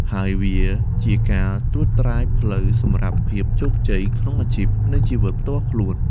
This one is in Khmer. ហើយវាជាការត្រួសត្រាយផ្លូវសម្រាប់ភាពជោគជ័យក្នុងអាជីព និងជីវិតផ្ទាល់ខ្លួន។